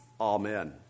Amen